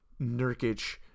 Nurkic